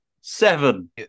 Seven